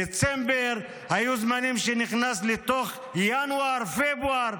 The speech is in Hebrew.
דצמבר, היו זמנים שנכנס לתוך ינואר, פברואר.